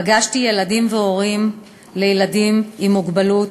פגשתי ילדים והורים לילדים עם מוגבלות,